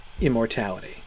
immortality